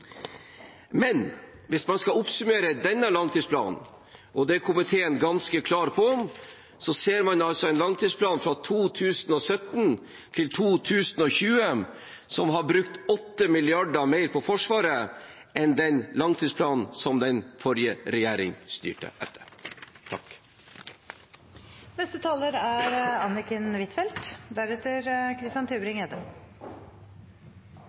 Men hvis man skal oppsummere denne langtidsplanen, og det er komiteen ganske klar på, ser man altså en langtidsplan fra 2017 til 2020 der det er brukt 8 mrd. kr mer på Forsvaret enn i langtidsplanen som den forrige regjeringen styrte etter.